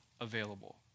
available